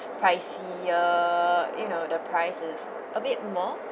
pricier you know the price is a bit more